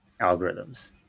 algorithms